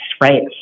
right